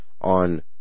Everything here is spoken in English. on